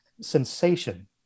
sensation